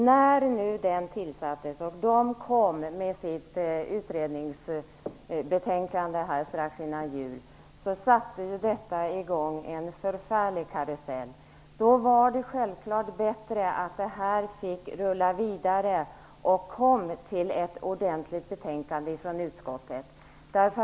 När den nu tillsattes och kom med sitt utredningsbetänkande strax före jul satte det i gång en förfärlig karusell. Då var det självfallet bättre att ärendet fick rulla vidare och utmynna i ett ordentligt betänkande från utskottet.